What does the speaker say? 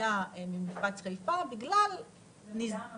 חדש שיעלה על הכביש במדינת ישראל יהיה אוטובוס